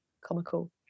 comical